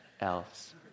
else